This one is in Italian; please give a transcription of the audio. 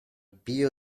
pio